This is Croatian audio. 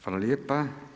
Hvala lijepa.